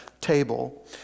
table